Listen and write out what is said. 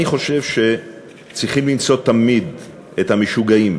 אני חושב שצריכים למצוא תמיד את ה"משוגעים"